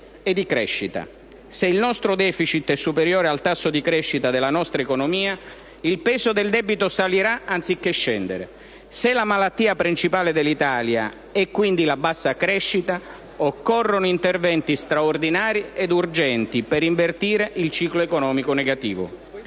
e di crescita. Se il nostro deficit è superiore al tasso di crescita della nostra economia, il peso del debito salirà, anziché scendere. Se la malattia principale dell'Italia è - quindi - la bassa crescita, occorrono interventi straordinari ed urgenti per invertire il ciclo economico negativo: